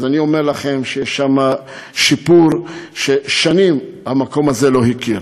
אני אומר לכם שיש שם שיפור ששנים המקום הזה לא הכיר.